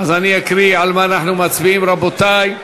אז אני אקריא על מה אנחנו מצביעים, רבותי: